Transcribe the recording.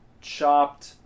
Chopped